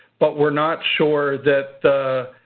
but we're not sure that the